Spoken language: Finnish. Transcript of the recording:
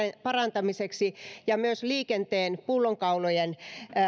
parantamiseksi ja myös liikenteen pullonkaulojen